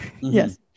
Yes